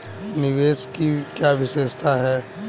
निवेश की क्या विशेषता है?